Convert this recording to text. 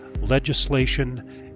legislation